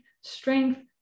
strength